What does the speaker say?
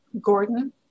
Gordon